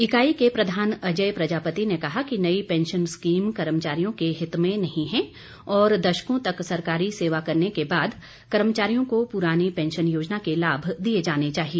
इकाई के प्रधान अजय प्रजापति ने कहा कि नई पैंशन स्कीम कर्मचारियों के हित में नहीं हैं और दशकों तक सरकारी सेवा करने के बाद कर्मचारियों को पुरानी पैंशन योजना के लाभ दिए जाने चाहिए